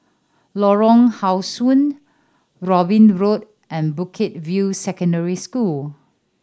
Lorong How Sun Robin Road and Bukit View Secondary School